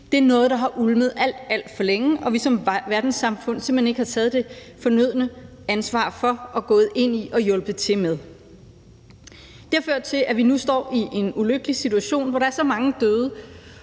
Det er noget, der har ulmet alt, alt for længe, og som vi som verdenssamfund simpelt hen ikke har taget det fornødne ansvar for og er gået ind i og har hjulpet til med. Det har ført til, at vi nu står i en ulykkelig situation, hvor der er så mange døde